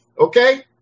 Okay